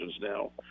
now